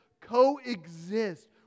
coexist